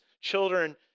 children